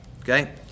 okay